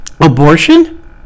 abortion